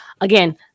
again